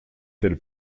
telle